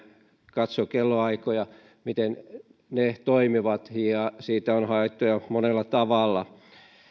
katso kellonajoista miten toimivat ja siitä on haittoja monella tavalla